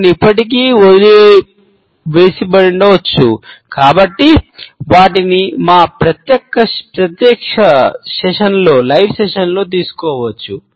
కొన్ని ఇప్పటికీ వదిలివేయబడి ఉండవచ్చు కానీ వాటిని మా ప్రత్యక్ష సెషన్లలో తీసుకోవచ్చు